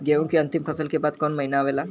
गेहूँ के अंतिम फसल के बाद कवन महीना आवेला?